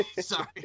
Sorry